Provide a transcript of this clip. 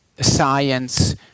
science